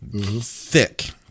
Thick